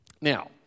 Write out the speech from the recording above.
Now